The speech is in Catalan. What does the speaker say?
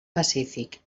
pacífic